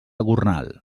gornal